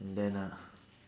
and then uh